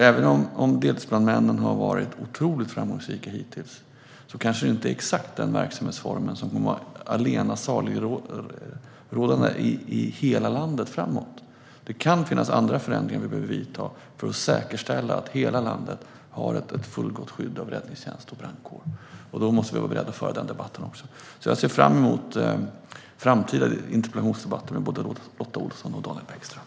Även om deltidsbrandmännen har varit otroligt framgångsrika hittills kanske det inte är exakt denna verksamhetsform som kommer att vara allena saliggörande i hela landet framöver. Det kan finnas andra förändringar vi behöver göra för att säkerställa att hela landet har ett fullgott skydd av räddningstjänst och brandkår. Då måste vi vara beredda att också föra den debatten. Jag ser fram emot framtida interpellationsdebatter med både Lotta Olsson och Daniel Bäckström.